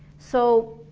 so,